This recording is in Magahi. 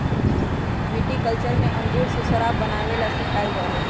विटीकल्चर में अंगूर से शराब बनावे ला सिखावल जाहई